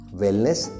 wellness